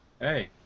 hey